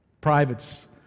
Private's